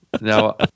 Now